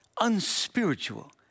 unspiritual